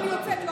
אני יוצאת.